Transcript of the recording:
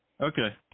Okay